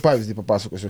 pavyzdį papasakosiu